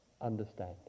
understand